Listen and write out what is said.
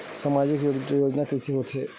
सामजिक योजना कइसे होथे?